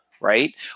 right